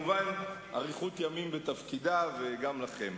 וכמובן אריכות ימים בתפקידה, וגם לכם.